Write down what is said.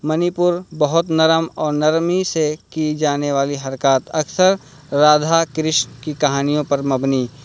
منی پور بہت نرم اور نرمی سے کی جانے والی حرکات اکثر رادھا کرشن کی کہانیوں پر مبنی